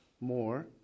more